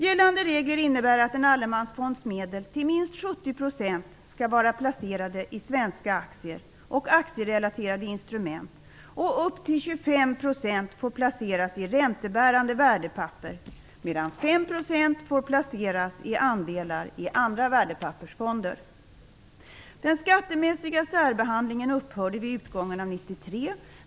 Gällande regler innebär att en allemansfonds medel till minst 70 % skall vara placerade i svenska aktier och aktierelaterade instrument, upp till 25 % får placeras i räntebärande värdepapper, medan 5 % får placeras i andelar i andra värdepappersfonder. Den skattemässiga särbehandlingen upphörde vid utgången av 1993.